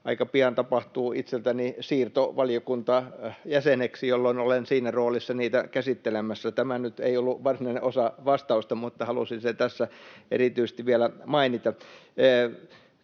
aika pian tapahtuu itselläni siirto valiokuntajäseneksi, jolloin olen siinä roolissa niitä käsittelemässä. — Tämä nyt ei ollut varsinainen osa vastausta, mutta halusin sen tässä erityisesti vielä mainita.